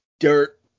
Dirt